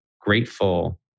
grateful